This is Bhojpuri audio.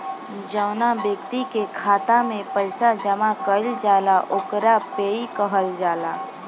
जौवना ब्यक्ति के खाता में पईसा जमा कईल जाला ओकरा पेयी कहल जाला